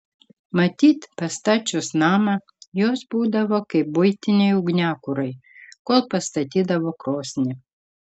matyt pastačius namą jos būdavo kaip buitiniai ugniakurai kol pastatydavo krosnį